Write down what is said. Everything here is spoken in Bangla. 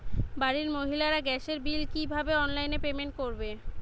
বাড়ির মহিলারা গ্যাসের বিল কি ভাবে অনলাইন পেমেন্ট করবে?